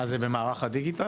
זה במערך הדיגיטלי?